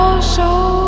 Show